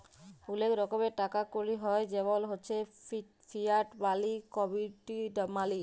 ওলেক রকমের টাকা কড়ি হ্য় জেমল হচ্যে ফিয়াট মালি, কমডিটি মালি